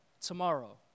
tomorrow